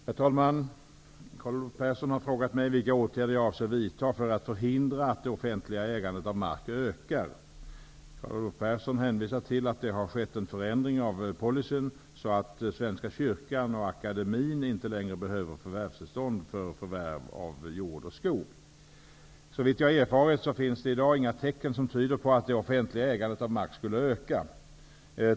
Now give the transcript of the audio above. Herr talman! Carl Olov Persson har frågat mig vilka åtgärder jag avser vidta för att förhindra att det offentliga ägandet av mark ökar. Carl Olov Persson hänvisar till att det har skett en förändring av policyn så att Svenska kyrkan och Akademin inte längre behöver förvärvstillstånd för förvärv av jord och skog. Såvitt jag har erfarit finns det i dag inga tecken som tyder på att det offentliga ägandet av mark skulle öka.